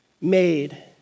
made